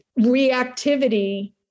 reactivity